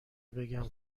بگم